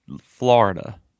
Florida